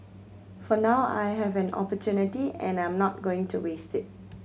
for now I have an opportunity and I'm not going to waste it